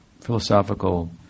philosophical